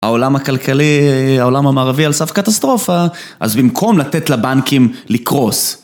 העולם הכלכלי, העולם המערבי על סף קטסטרופה, אז במקום לתת לבנקים לקרוס.